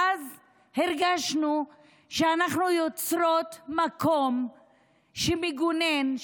ואז הרגשנו שאנחנו יוצרות מקום שמגונן,